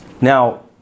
Now